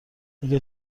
اگه